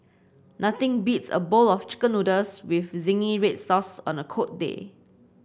nothing beats a bowl of chicken noodles with zingy red sauce on a cold day